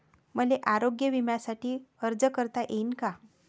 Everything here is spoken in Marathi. मले आरोग्य बिम्यासाठी अर्ज करता येईन का?